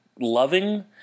loving